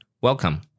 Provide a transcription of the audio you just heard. welcome